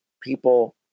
people